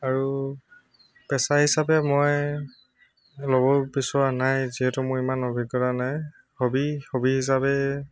আৰু পেচা হিচাপে মই লব বিচৰা নাই যিহেতু মোৰ ইমান অভিজ্ঞতা নাই হ'বী হ'বী হিচাপে